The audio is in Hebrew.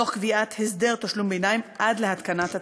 תוך קביעת הסדר תשלום ביניים, עד להתקנת התקנות.